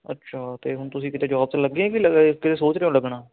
ਅੱਛਾ ਅਤੇ ਹੁਣ ਤੁਸੀਂ ਕਿਤੇ ਜੋਬ 'ਚ ਲੱਗੇ ਕਿ ਕਿਤੇ ਸੋਚ ਰਹੇ ਹੋ ਲੱਗਣਾ